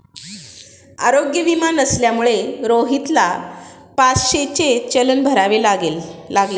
आरोग्य विमा नसल्यामुळे रोहितला पाचशेचे चलन भरावे लागले